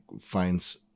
finds